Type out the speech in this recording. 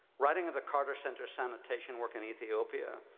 writing of the carter center sanitation work in ethiopia,